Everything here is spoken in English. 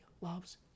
loves